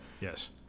Yes